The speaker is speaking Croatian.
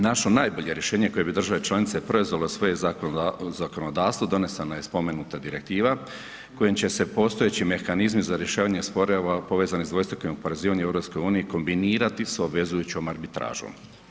Kako bi se našlo najbolje rješenje koje bi države članice preuzele u svoje zakonodavstvo donesena je spomenuta direktiva kojom će se postojeći mehanizmi z a rješavanje sporova povezanih sa dvostrukim oporezivanjem u EU kombinirati sa obvezujućom arbitražom.